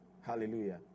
Hallelujah